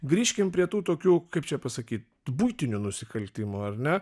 grįžkim prie tų tokių kaip čia pasakyt buitinių nusikaltimų ar ne